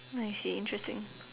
I see interesting